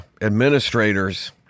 administrators